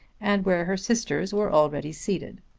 and where her sisters were already seated.